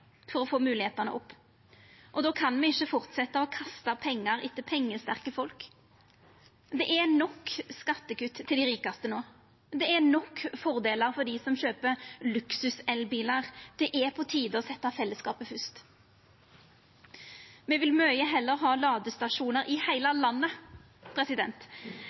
for å få moglegheitene opp, og då kan me ikkje fortsetja å kasta pengar etter pengesterke folk. Det er nok skattekutt til dei rikaste no. Det er nok fordelar for dei som kjøper luksus-elbilar. Det er på tide å setja fellesskapet først. Me vil mykje heller ha ladestasjonar i heile landet